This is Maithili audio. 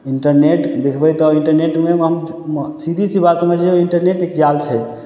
इन्टरनेट देखब तऽ इन्टरनेटमे सीधी सी बात समझ जइयौ इन्टरनेट एक जाल छै